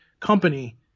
company